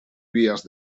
vías